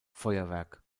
feuerwerk